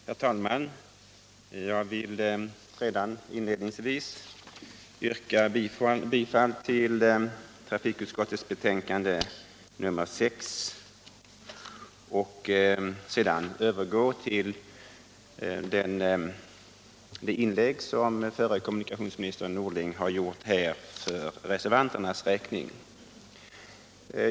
Herr talman! Jag vill inledningsvis yrka bifall till trafikutskottets betänkande nr 6 och sedan övergå till det inlägg som förre kommunikationsministern herr Norling har gjort här för reservanternas räkning.